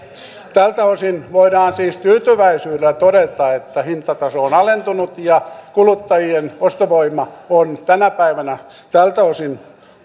tältä osin voidaan siis tyytyväisyydellä todeta että hintataso on alentunut ja kuluttajien ostovoima on tänä päivänä tältä osin